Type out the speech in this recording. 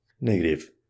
Negative